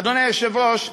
אדוני היושב-ראש,